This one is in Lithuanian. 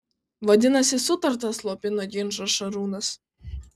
vadinasi sutarta slopino ginčą šarūnas